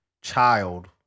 child